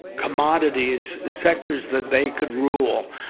commodities, sectors that they could rule.